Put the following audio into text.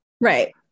right